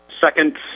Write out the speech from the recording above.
Second